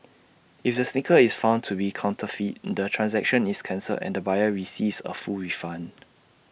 if the sneaker is found to be counterfeit the transaction is cancelled and the buyer receives A full refund